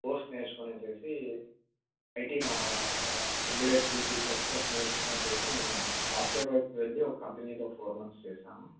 post నేర్చుకుని IT immediate C C plus plus నేర్చుకుని నేను సాఫ్ట్వేర్ వైపు వెళ్ళి ఒక కంపెనీలో ఫోర్ మంత్స్ చేశాను